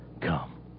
come